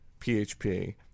PHP